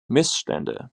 missstände